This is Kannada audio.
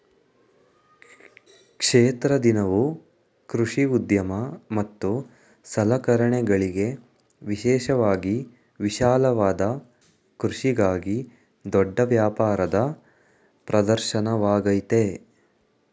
ಕ್ಷೇತ್ರ ದಿನವು ಕೃಷಿ ಉದ್ಯಮ ಮತ್ತು ಸಲಕರಣೆಗಳಿಗೆ ವಿಶೇಷವಾಗಿ ವಿಶಾಲವಾದ ಕೃಷಿಗಾಗಿ ದೊಡ್ಡ ವ್ಯಾಪಾರದ ಪ್ರದರ್ಶನವಾಗಯ್ತೆ